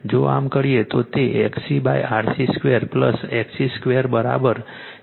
જો આમ કરીએ તો તે XCRC2 XC2 XLRL2 XL2 બનશે